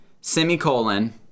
semicolon